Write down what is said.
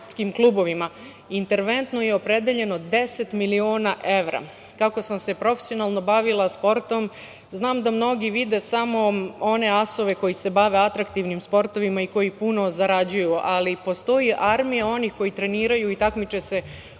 interventno je opredeljeno 10 miliona evra. Kako sam se profesionalno bavila sportom, znam da mnogi vide samo one asove koji se bave atraktivnim sportovima i koji puno zarađuju, ali postoji armija onih koji treniraju i takmiče se u nižim